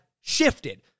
shifted